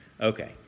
Okay